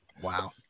Wow